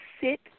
sit